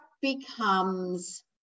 becomes